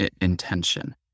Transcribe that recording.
intention